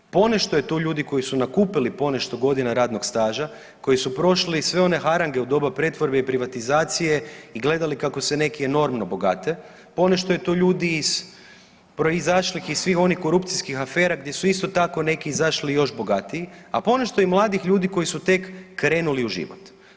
Ponešto je tu ljudi koji su nakupili ponešto godina radnog staža, koji su prošli sve one harange u doba pretvorbe i privatizacije i gledali kako se neki enormno bogate, ponešto je tu ljudi iz proizašlih iz svih onih korupcijskih afera gdje su isto tako, neki izašli još bogatiji, a ponešto i mladih ljudi koji su tek krenuli u život.